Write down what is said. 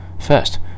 First